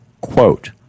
Quote